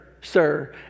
sir